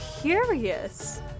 curious